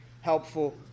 helpful